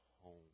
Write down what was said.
home